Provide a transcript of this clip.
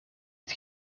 het